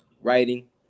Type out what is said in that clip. writing